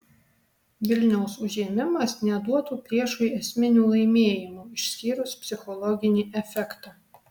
vilniaus užėmimas neduotų priešui esminių laimėjimų išskyrus psichologinį efektą